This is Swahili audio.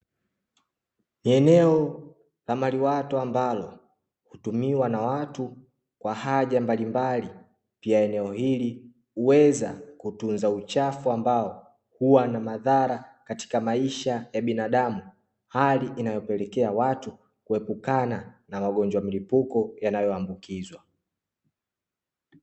Eneo la maliwato ambalo hutumiwa na watu kwa haja mbalimbali, pia eneo hili huweza kutunza uchafu ambao huwa na madhara katika maisha ya binadamu, hali inayopelekea watu kuepukana na magonjwa mlipuko yanayoambukizwa .